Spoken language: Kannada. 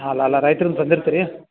ಹಾಂ ಅಲ್ಲ ರೈತ್ರಿಂದ ತಂದಿರ್ತೀರಿ